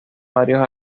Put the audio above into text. varios